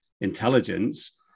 intelligence